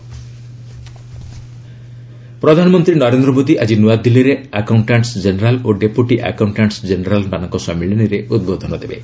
PM conclave ପ୍ରଧାନମନ୍ତ୍ରୀ ନରେନ୍ଦ୍ର ମୋଦି ଆଜି ନୂଆଦିଲ୍ଲୀରେ ଆକାଉଣ୍ଟାଣ୍ଟସ୍ ଜେନେରାଲ୍ ଓ ଡେପୁଟି ଆକାଉଣ୍ଟାଣ୍ଟ୍ସ୍ ଜେନେରାଲ୍ମାନଙ୍କ ସମ୍ମିଳନୀରେ ଉଦ୍ବୋଧନ ଦେବେ